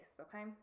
Okay